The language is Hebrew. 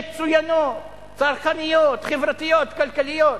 מצוינות, צרכניות, חברתיות, כלכליות.